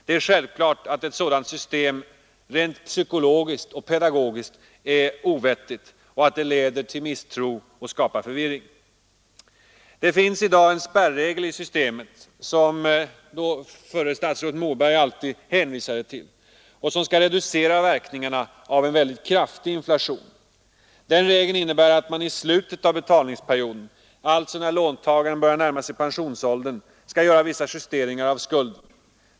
Det är självklart att ett sådant system psykologiskt och pedagogiskt leder till misstro och förvirring. Det finns i dag en spärregel i systemet som förra statsrådet Moberg alltid hänvisade till och som skall reducera verkningarna av en mycket kraftig inflation. Den regeln innebär att man i slutet av betalningsperioden — alltså när låntagaren börjar närma sig pensionsåldern — skall göra vissa justeringar av skulden.